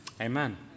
Amen